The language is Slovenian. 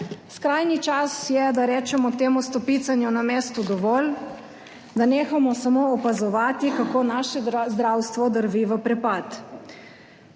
Skrajni čas je, da rečemo temu stopicanju na mestu dovolj, da nehamo samo opazovati, kako naše zdravstvo drvi v prepad.